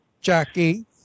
Jackie